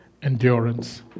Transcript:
endurance